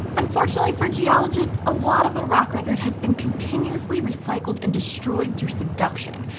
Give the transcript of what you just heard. unfortunately for geologists, a lot of the rock record has been continuously recycled and destroyed through subduction,